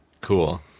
Cool